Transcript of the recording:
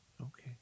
Okay